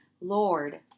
Lord